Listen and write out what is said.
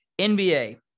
nba